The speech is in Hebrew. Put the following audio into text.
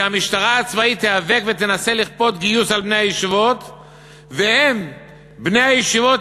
כי המשטרה הצבאית תיאבק ותנסה לכפות גיוס על בני הישיבות,